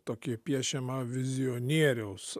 tokį piešiamą vizionieriaus